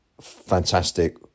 Fantastic